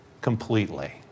completely